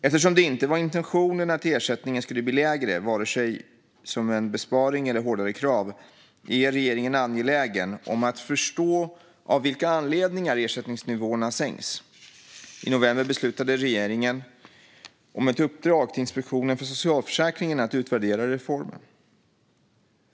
Eftersom det inte var intentionen att ersättningen skulle bli lägre, vare sig som en besparing eller hårdare krav, är regeringen angelägen om att förstå av vilka anledningar ersättningsnivåerna sänks. I november beslutade regeringen om ett uppdrag till Inspektionen för socialförsäkringen, ISF, att utvärdera reformen.